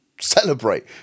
celebrate